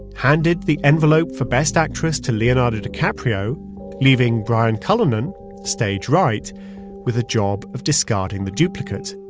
handed the envelope for best actress to leonardo dicaprio leaving brian cullinan stage right with a job of discarding the duplicate,